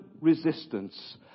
resistance